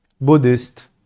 Buddhist